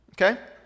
Okay